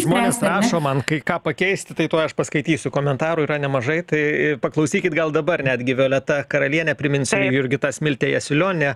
žmonės rašo man kai ką pakeisti tai tuoj aš paskaitysiu komentarų yra nemažai tai paklausykit gal dabar netgi violeta karalienė priminsiu jurgita smiltė jasiulionienė